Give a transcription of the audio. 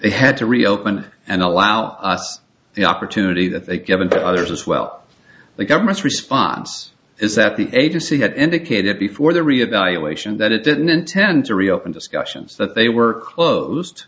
had to reopen and allow us the opportunity that they've given to others as well the government's response is that the agency had indicated before the reevaluation that it didn't intend to reopen discussions that they were closed